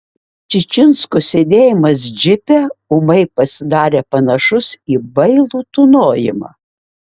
čičinsko sėdėjimas džipe ūmai pasidarė panašus į bailų tūnojimą